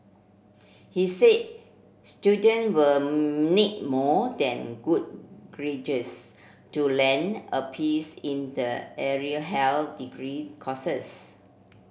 he said student will need more than good to land a peace in the area health degree courses